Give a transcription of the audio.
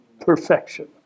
Perfection